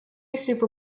super